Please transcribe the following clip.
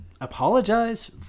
apologize